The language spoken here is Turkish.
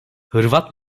hırvat